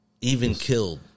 even-killed